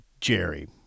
jerry